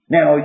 Now